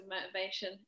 motivation